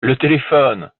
téléphone